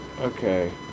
Okay